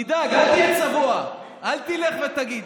תדאג, אל תהיה צבוע, אל תלך ותגיד: